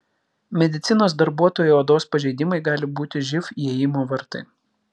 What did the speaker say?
medicinos darbuotojo odos pažeidimai gali būti živ įėjimo vartai